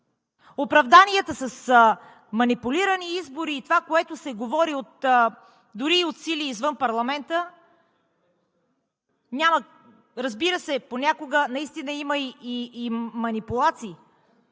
Оправданията с манипулирани избори и това, което се говори дори от сили извън парламента… Разбира се, понякога наистина има и манипулации,